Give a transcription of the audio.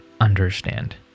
understand